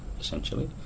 essentially